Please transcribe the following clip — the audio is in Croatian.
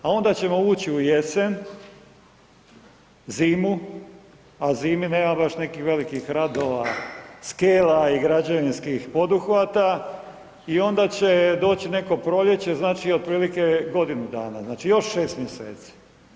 A onda ćemo ući u jesen, zimu, a zimi nema baš nekih velikih radova, skela i građevinskih poduhvata i onda će doći neko proljeće, znači otprilike godinu dana, znači još 6 mjeseci.